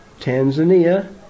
Tanzania